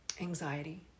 anxiety